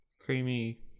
creamy